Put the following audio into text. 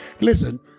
Listen